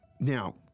Now